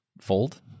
fold